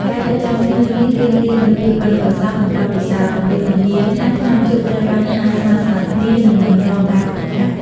ការរៀបចំធ្នើរនេះទាមទារនូវភាពប៉ិនប្រសប់ និងបទពិសោធន៍ ដើម្បីធានាថាថ្នាំជក់ត្រូវបានហាលស្មើៗគ្នា និងមិនរងការខូចខាត។